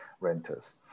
renters